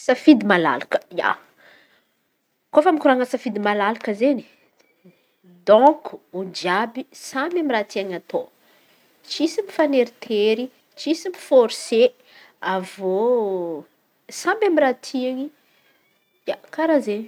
Safidy malalaka, ia, kôfa mikoran̈a safidy malalaka izen̈y dônko olo jiàby a samy raha tian̈y ataô. Tsisy mifaneritery tsisy miforse avy eô samy raha tian̈y; ia, karà izen̈y!